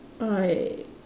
I